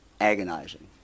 agonizing